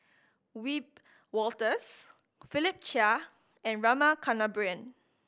Wiebe Wolters Philip Chia and Rama Kannabiran